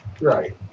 Right